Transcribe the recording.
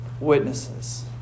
witnesses